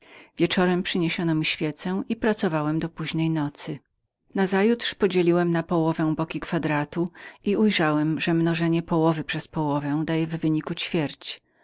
wieczorem przyniesiono mi świecę i pracowałem do późnej nocy nazajutrz podzieliłem na połowę jeden bok kwadratu i ujrzałem że wypadek połowy przez połowę dawał mi ćwierć